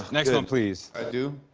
next one, please. i do?